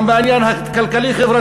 גם בעניין הכלכלי-חברתי,